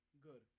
Good